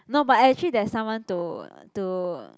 no but actually there's someone to to